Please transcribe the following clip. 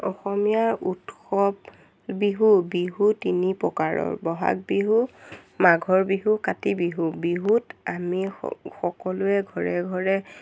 অসমীয়া উৎসৱ বিহু বিহু তিনি প্ৰকাৰৰ বহাগ বিহু মাঘৰ বিহু কাতি বিহু বিহুত আমি স সকলোৱে ঘৰে ঘৰে